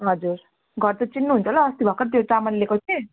हजुर घर त चिन्नु हुन्छ होला अस्ति भर्खर त्यो चामल ल्याएको थिएँ